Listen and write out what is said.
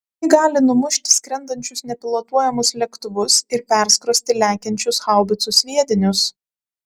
ji gali numušti skrendančius nepilotuojamus lėktuvus ir perskrosti lekiančius haubicų sviedinius